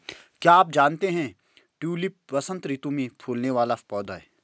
क्या आप जानते है ट्यूलिप वसंत ऋतू में फूलने वाला पौधा है